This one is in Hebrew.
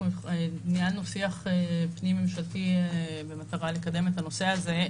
אנחנו ניהלנו שיח פנים ממשלתי במטרה לקדם את הנושא הזה,